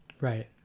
Right